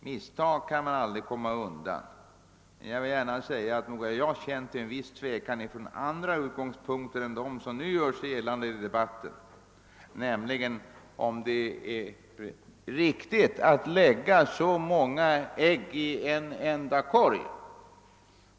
Misstag kan man aldrig komma undan, men nog har jag känt en viss tvekan från andra utgångspunkter än de som nu görs gällande i debatten, nämligen om det var riktigt att lägga så många ägg i en enda korg.